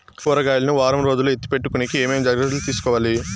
కూరగాయలు ను వారం రోజులు ఎత్తిపెట్టుకునేకి ఏమేమి జాగ్రత్తలు తీసుకొవాలి?